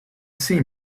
see